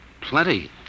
Plenty